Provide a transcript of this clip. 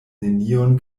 neniun